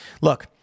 Look